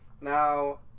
Now